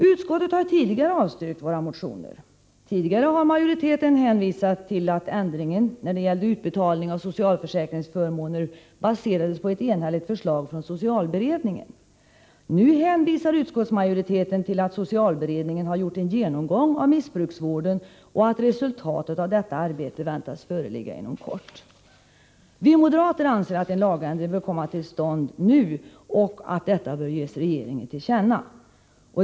Utskottet har tidigare avstyrkt våra motioner, och majoriteten har då hänvisat till att ändringen när det gällde utbetalning av socialförsäkringsförmåner baserades på ett enhälligt förslag från socialberedningen. Nu hänvisar utskottsmajoriteten till att socialberedningen har gjort en genomgång av missbruksvården och att resultatet av detta arbete väntas föreligga inom kort. Vi moderater anser att en lagändring bör komma till stånd nu och att detta bör ges regeringen till känna.